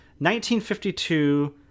1952